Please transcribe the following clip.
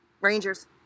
Rangers